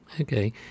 Okay